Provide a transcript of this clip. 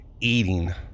eating